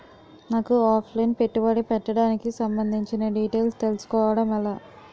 నాకు offline పెట్టుబడి పెట్టడానికి సంబందించిన డీటైల్స్ తెలుసుకోవడం ఎలా?